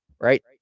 right